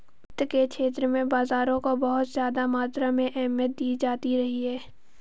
वित्त के क्षेत्र में बाजारों को बहुत ज्यादा मात्रा में अहमियत दी जाती रही है